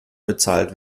bezahlt